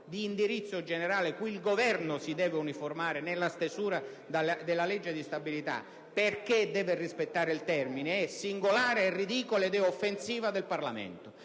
di indirizzo generale cui il Governo si deve uniformare nella stesura della legge di stabilità) adducendo che deve rispettare il termine, è singolare, ridicolo ed offensivo nei confronti